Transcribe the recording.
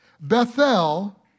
Bethel